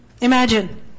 Imagine